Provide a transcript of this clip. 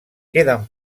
queden